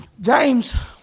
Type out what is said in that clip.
James